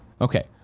Okay